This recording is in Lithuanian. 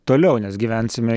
toliau nes gyvensime